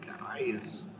guys